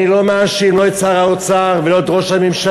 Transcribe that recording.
אני לא מאשים לא את שר האוצר ולא את ראש הממשלה.